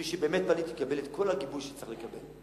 מי שבאמת פליט יקבל את כל הגיבוי שצריך לקבל.